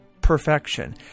perfection